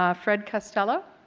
um fred costello.